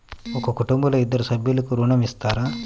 ఒక కుటుంబంలో ఇద్దరు సభ్యులకు ఋణం ఇస్తారా?